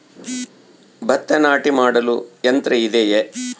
ಭತ್ತ ನಾಟಿ ಮಾಡಲು ಯಂತ್ರ ಇದೆಯೇ?